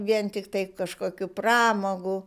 vien tiktai kažkokių pramogų